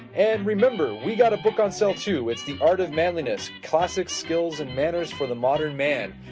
and remember, we got a book on sale too. it's the art of manliness classic skills and manners for the modern man.